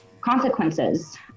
consequences